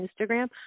Instagram